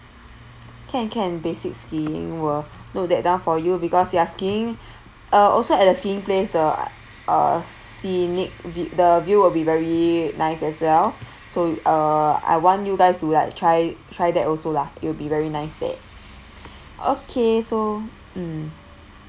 can can basic skiing will note that down for you because you are skiing uh also at the skiing place the uh scenic view the view will be very nice as well so uh I want you guys to like try try that also lah it will be very nice there okay so mm